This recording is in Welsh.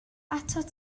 atat